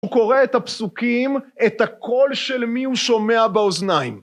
הוא קורא את הפסוקים, את הקול של מי הוא שומע באוזניים.